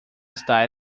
estar